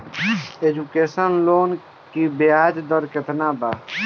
Education loan की ब्याज दर केतना बा?